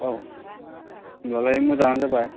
औ होमब्लालाय मोजाङानो जाबाय